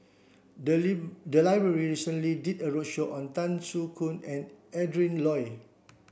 the leave the library recently did a roadshow on Tan Soo Khoon and Adrin Loi